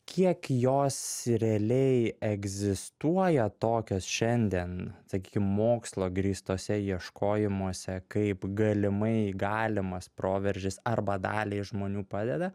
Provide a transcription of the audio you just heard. kiek jos realiai egzistuoja tokios šiandien sakykim mokslo grįstuose ieškojimuose kaip galimai galimas proveržis arba daliai žmonių padeda